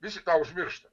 visi tą užmiršta